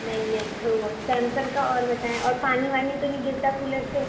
نہیں نہیں اوہ سیمسنگ کا اور بتائیں اور پانی وانی تو نہیں گرتا کولر سے